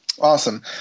Awesome